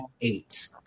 eight